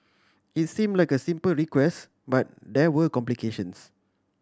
it's seem like a simple request but there were complications